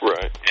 Right